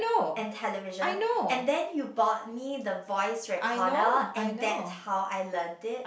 and television and then you bought me the voice recorder and that's how I learnt it